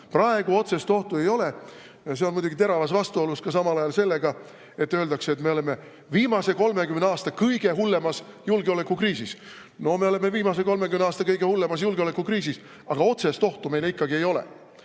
praegu otsest ohtu ei ole. See on muidugi teravas vastuolus samal ajal sellega, et öeldakse, et me oleme viimase 30 aasta kõige hullemas julgeolekukriisis. No me oleme viimase 30 aasta kõige hullemas julgeolekukriisis, aga otsest ohtu meile ikkagi ei ole.